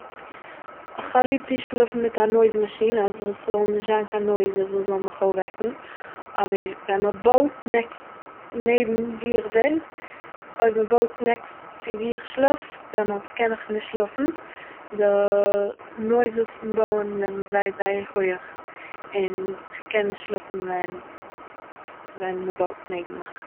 כ'האב ליב צו שלאפן מיט א נויז מאשין אז ס'זאל נישט זיין קיין נויזעס וואס זאלן מיך אויפוועקן, אבער ווען מען בויעט נעקסט, נעבן וואו איך בין, אויב מען בויעט נעקסט צו וואו איך שלאף - דעמאלטס קען איך נישט שלאפן, די נויזעס פון בויען זענען זייער זייער הויעך, און איך קען נישט שלאפן ווען, ווען מ'בויעט נעבן מיך